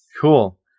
Cool